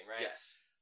Yes